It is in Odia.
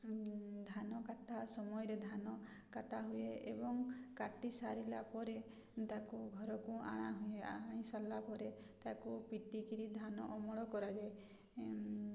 ଧାନ କାଟା ସମୟରେ ଧାନ କଟା ହୁଏ ଏବଂ କାଟି ସାରିଲା ପରେ ତାକୁ ଘରକୁ ଅଣାହୁଏ ଆଣି ସାରିଲା ପରେ ତାକୁ ପିଟିକିରି ଧାନ ଅମଳ କରାଯାଏ